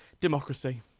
democracy